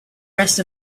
rest